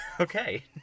Okay